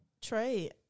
Trey